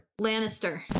Lannister